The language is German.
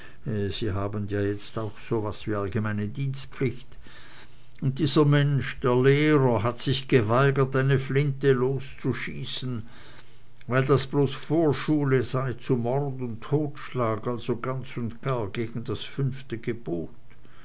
sie haben da jetzt auch so was wie allgemeine dienstpflicht und dieser mensch der lehrer hat sich geweigert eine flinte loszuschießen weil das bloß vorschule sei zu mord und totschlag also ganz und gar gegen das fünfte gebot